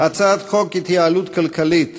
הצעת חוק ההתייעלות הכלכלית